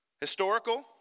historical